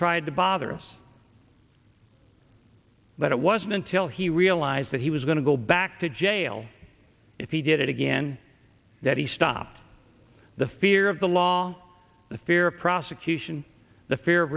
tried to bother us but it wasn't until he realized that he was going to go back to jail if he did it again that he stopped the fear of the law the fear of prosecution the fear of